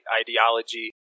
ideology